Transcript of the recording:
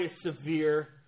severe